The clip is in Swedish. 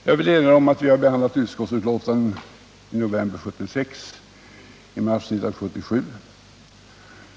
Jag vill erinra om att riksdagen har behandlat utskottsbetänkanden över denna fråga i november 1976 och mars 1977.